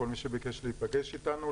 כל מי שביקש להיפגש איתנו,